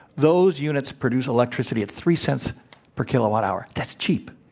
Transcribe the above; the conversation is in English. those units produce electricity at three cents per kilowatt hour. that's cheap.